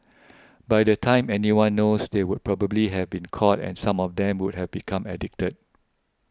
by the time anyone knows they would probably have been caught and some of them would have become addicted